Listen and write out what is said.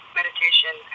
meditation